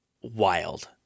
wild